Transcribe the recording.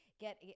get